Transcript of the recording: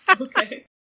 Okay